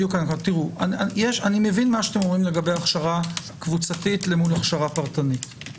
אני מבין מה אתם אומרים לגבי הכשרה קבוצתית לעומת הכשרה פרטנית.